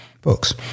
Books